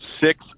six